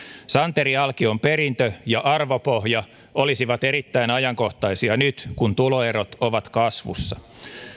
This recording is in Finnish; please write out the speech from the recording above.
santeri alkion perintö ja arvopohja olisivat erittäin ajankohtaisia nyt kun tuloerot ovat kasvussa